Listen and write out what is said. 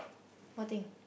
what thing